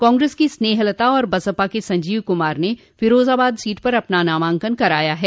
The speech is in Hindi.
कांग्रेस की स्नेहलता और बसपा के संजीव कुमार ने फिरोजाबाद सीट पर अपना नामांकन कराया है